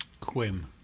Quim